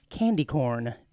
Candycorn